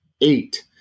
eight